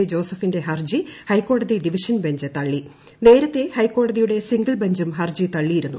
ടൂജോസഫിന്റെ ഹർജി ഹൈക്കോടതി division bench തള്ളി ് നേരത്തെ ഹൈക്കോടതിയുടെ സിംഗിൾ ബെഞ്ചും ഹർജി തള്ളിയിരുന്നു